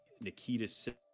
nikita